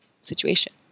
situation